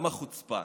כמה חוצפה.